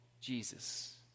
Jesus